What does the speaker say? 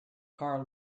carl